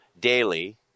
daily